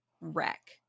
wreck